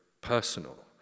personal